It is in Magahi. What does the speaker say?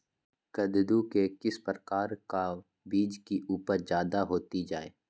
कददु के किस प्रकार का बीज की उपज जायदा होती जय?